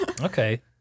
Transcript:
Okay